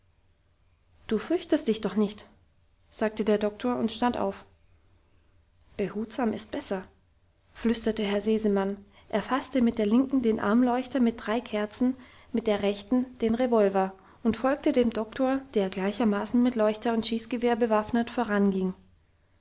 du fürchtest dich doch nicht sagte der doktor und stand auf behutsam ist besser flüsterte herr sesemann erfasste mit der linken den armleuchter mit drei kerzen mit der rechten den revolver und folgte dem doktor der gleichermaßen mit leuchter und schießgewehr bewaffnet voranging